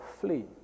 flee